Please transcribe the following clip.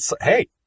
hey